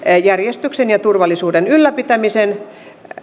järjestyksen ja turvallisuuden ylläpitämisen